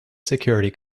security